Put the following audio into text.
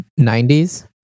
90s